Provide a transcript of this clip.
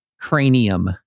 cranium